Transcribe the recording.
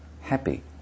Happy